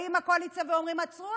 באה הקואליציה ואומרת: עצרו,